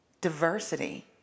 diversity